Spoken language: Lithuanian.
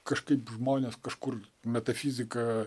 kažkaip žmonės kažkur metafizika